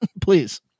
please